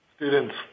Students